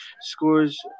scores